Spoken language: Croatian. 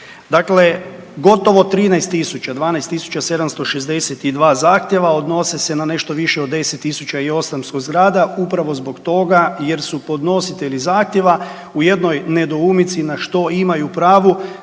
Dakle, gotovo 13 tisuća, 12 762 zahtjeva odnose se na nešto više od 10 800 zgrada upravo zbog toga jer su podnositelji zahtjeva u jednoj nedoumici na što imaju pravo